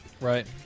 Right